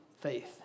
faith